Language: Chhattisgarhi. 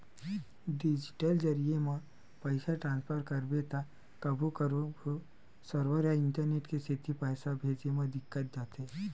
डिजिटल जरिए म पइसा ट्रांसफर करबे त कभू कभू सरवर या इंटरनेट के सेती पइसा भेजे म दिक्कत जाथे